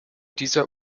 dieser